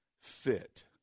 fit